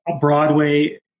Broadway